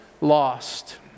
lost